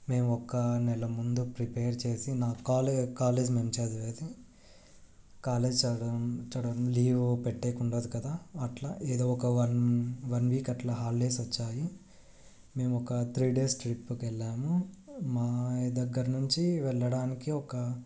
మేము ఒక్క నెల ముందు ప్రిపేర్ చేసి నా కా కాలేజ్ మేము చదివేది కాలేజ్ చదవం చడం లీవ్ పెట్టేకుండదు కదా అట్లా ఏదో ఒక వన్ వన్ వీక్ అట్లా హాలిడేస్ వచ్చాయి మేము ఒక త్రీ డేస్ ట్రిప్పుకి వెళ్ళాము మా దగ్గర నుంచి వెళ్ళడానికి ఒక